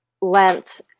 length